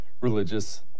religious